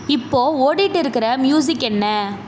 இப்போது ஓடிகிட்டு இருக்கிற மியூசிக் என்ன